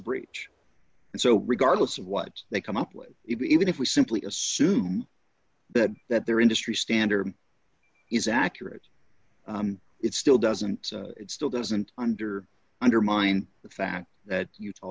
and so regardless of what they come up with even if we simply assume that that their industry standard is accurate it still doesn't it still doesn't under undermine the fact that utah